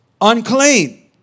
unclean